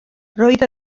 roedd